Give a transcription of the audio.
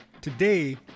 Today